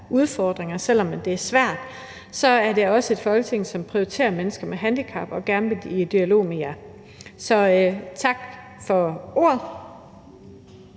udfordringer, og selv om det er svært, så er det også et Folketing, som prioriterer mennesker med handicap, og som gerne vil i dialog med jer. Så tak for ordet.